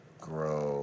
grow